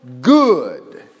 good